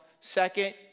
Second